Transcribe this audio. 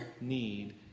need